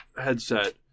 headset